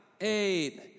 eight